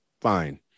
fine